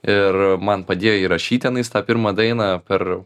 ir man padėjo įrašyt tenais tą pirmą dainą per